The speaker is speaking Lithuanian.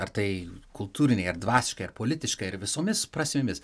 ar tai kultūriniai ar dvasiškai ar politiškai ar visomis prasmėmis